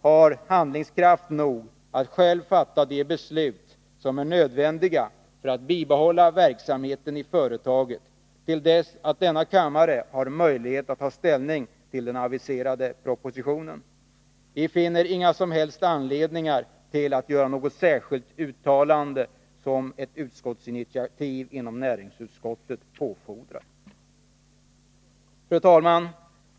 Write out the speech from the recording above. har handlingskraft nog att själv fatta de beslut som är nödvändiga för att bibehålla verksamheten i företaget till dess att denna kammare har möjlighet att ta ställning till den aviserade propositionen. Vi finner inga som helst anledningar till att göra något särskilt uttalande som ett utskottsinitiativ inom näringsutskottet påfordrar. Fru talman!